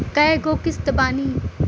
कय गो किस्त बानी?